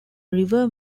river